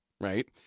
right